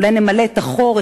אולי נמלא את החור,